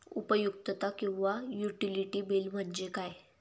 उपयुक्तता किंवा utility bill म्हणजे काय?